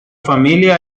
familia